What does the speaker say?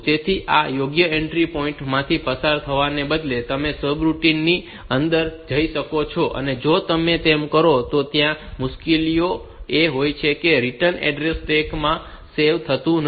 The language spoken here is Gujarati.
તેથી આ યોગ્ય એન્ટ્રી પોઈન્ટ માંથી પસાર થવાને બદલે તમે સબરૂટીન ની અંદર જઈ શકો છો અને જો તમે તેમ કરો તો ત્યાં મુશ્કેલી એ હોય છે કે રિટર્ન એડ્રેસ સ્ટેક માં સેવ થતું નથી